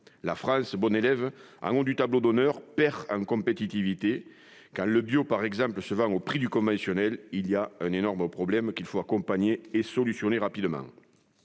La France, bon élève, en haut du tableau d'honneur, perd en compétitivité : quand le bio, par exemple, se vend au prix du conventionnel, un énorme problème se pose, qu'il faut résoudre rapidement.